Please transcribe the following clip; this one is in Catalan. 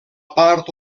part